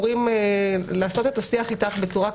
צריכה להיעשות ברגישות ובשום שכל,